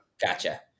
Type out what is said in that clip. Gotcha